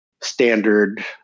standard